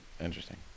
interesting